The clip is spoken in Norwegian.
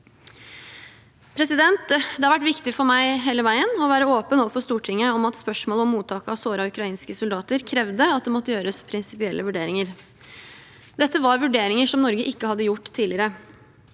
ordningen. Det har vært viktig for meg hele veien å være åpen overfor Stortinget om at spørsmål om mottak av sårede ukrainske soldater krevde at det måtte gjøres prinsipielle vurderinger. Dette var vurderinger som Norge ikke hadde gjort tidligere.